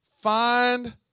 find